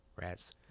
Rats